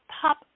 pop